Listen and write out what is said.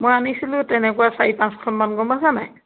মই আনিছিলোঁ তেনেকুৱা চাৰি পাঁচখনমান গ'ম পাইছা নাই